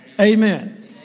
Amen